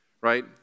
right